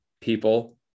people